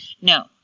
no